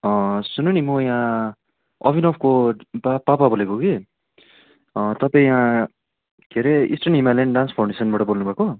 सुन्नु नि म यहाँ अभिनवको पापा बेलेको कि तपाईँ यहाँ के अरे इस्टर्न हिमालयन डान्स फाउन्डेसनबाट बोल्नु भएको